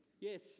Yes